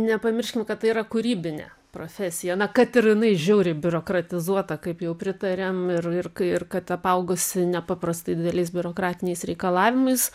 nepamirškim kad tai yra kūrybinė profesija na kad ir jinai žiauriai biurokratizuota kaip jau pritarėm ir ir kai ir kad apaugusi nepaprastai dideliais biurokratiniais reikalavimais